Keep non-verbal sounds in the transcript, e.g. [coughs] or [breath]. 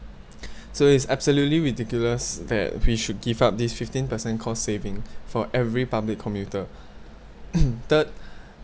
[noise] so it is absolutely ridiculous that we should give up this fifteen percent cost saving [breath] for every public commuter [coughs] third [breath]